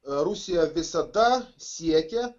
rusija visada siekia